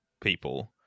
people